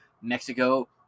mexico